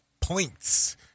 points